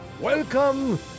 Welcome